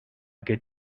good